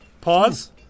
Pause